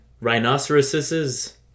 rhinoceroses